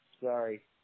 sorry